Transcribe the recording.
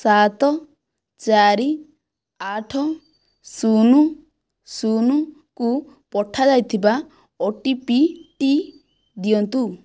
ସାତ ଚାରି ଆଠ ଶୂନ ଶୂନ କୁ ପଠାଯାଇଥିବା ଓଟିପିଟି ଦିଅନ୍ତୁ